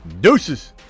Deuces